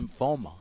lymphoma